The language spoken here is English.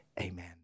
Amen